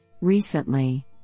Recently